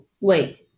wait